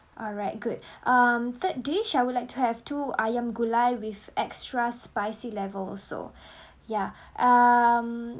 alright good um third dish I would like to have two ayam gulai with extra spicy level also yeah um